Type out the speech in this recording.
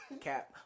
Cap